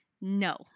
No